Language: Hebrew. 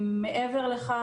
מעבר לכך,